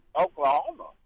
Oklahoma